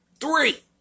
Three